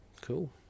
Cool